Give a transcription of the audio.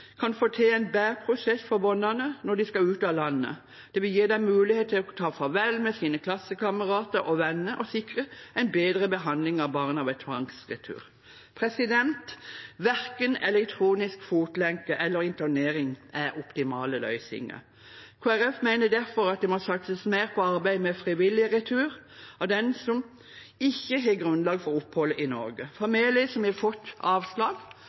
kan få til en bedre prosess for barna når de skal ut av landet. Det vil gi dem mulighet til å ta farvel med sine klassekamerater og venner og sikre en bedre behandling av barna ved tvangsretur. Verken elektronisk fotlenke eller internering er optimale løsninger. Kristelig Folkeparti mener derfor det må satses mer på arbeid med frivillig retur, og den som ikke har grunnlag for opphold i Norge, familier som har fått avslag,